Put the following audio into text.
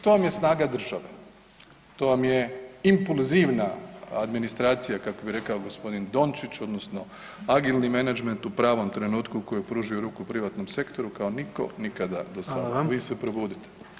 To vam je snaga države, to vam je impulzivna administracija kako bi rekao g. Dončić odnosno agilni menadžment u pravom trenutku koji je pružio ruku privatnom sektoru kao niko nikada do sada [[Upadica: Hvala vam]] Vi se probudite.